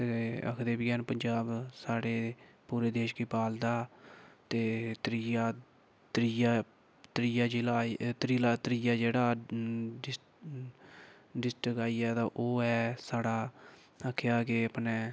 ते आखदे बी हैन पंजाब साढ़े पूरे देश गी पालदा ते त्रीआ त्रीआ त्रीआ जि'ला त्रीआ जि'ला त्रीआ जेह्ड़ा डिस्ट्रिक आई गेआ तां ओह् ऐ साढ़ा केह् आखगे अपने